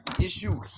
issue